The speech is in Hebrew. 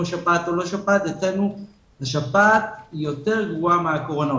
אצלנו השפעת היא יותר גרועה מהקורונה,